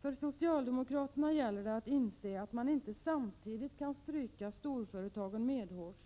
För socialdemokraterna gäller det att inse att man inte samtidigt kan stryka storföretagen medhårs